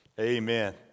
Amen